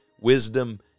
wisdom